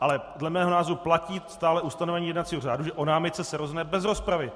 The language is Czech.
Ale dle mého názoru platí stále ustanovení jednacího řádu, že o námitce se rozhodne bez rozpravy.